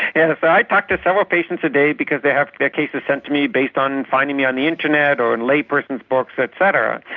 and but i talk to several patients a day because they have their cases sent to me based on finding me on the internet or in layperson's books et cetera.